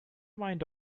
mind